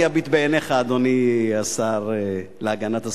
אני אביט בעיניך, אדוני השר להגנת הסביבה,